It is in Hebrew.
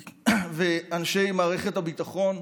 ואנשי מערכת הביטחון,